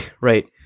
right